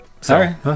Sorry